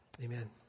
Amen